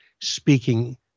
speaking